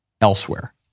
elsewhere